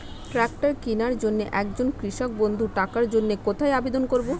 Tractor কিনার জন্য একজন কৃষক বন্ধু টাকার জন্য কোথায় আবেদন করবে?